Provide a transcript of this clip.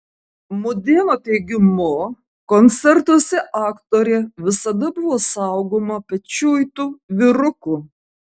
mudėno teigimu koncertuose aktorė visada buvo saugoma pečiuitų vyrukų